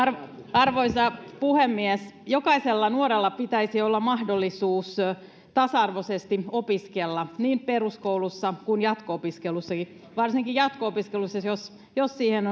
arvoisa puhemies jokaisella nuorella pitäisi olla mahdollisuus tasa arvoisesti opiskella niin peruskoulussa kuin jatko opiskelussakin varsinkin jatko opiskelussa jos jos siihen